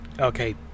Okay